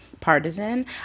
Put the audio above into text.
Partisan